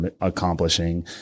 accomplishing